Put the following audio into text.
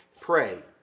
pray